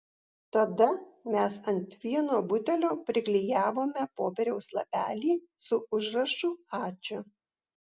tada mes ant vieno butelio priklijavome popieriaus lapelį su užrašu ačiū